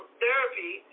therapy